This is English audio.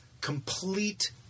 complete